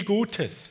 Gutes